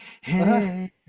hey